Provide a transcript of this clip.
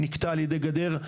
נקטע על ידי גדר,